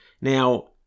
Now